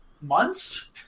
months